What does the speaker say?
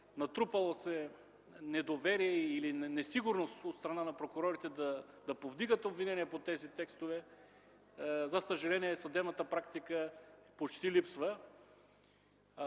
натрупало се недоверие или несигурност от страна на прокурорите да повдигат обвинения по тези текстове, за съжаление съдебната практика почти липсва.